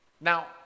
Now